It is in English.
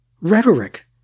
rhetoric